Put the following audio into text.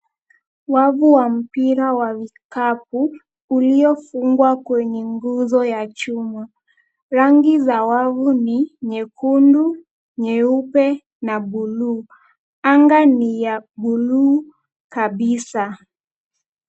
Wavu wa mpira wa vikapu uliofungwa kwenye nguzo ya chuma. Rangi za wavu ni nyekundu, nyeupe na buluu. Anga ni ya buluu kabisa.